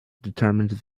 determined